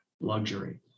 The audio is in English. luxury